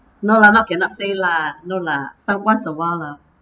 no lah not cannot say lah no lah so once a while lah